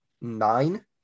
nine